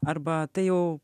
arba tai jau